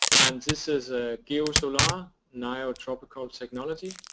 and this is ah gosolar, nayo tropical technology,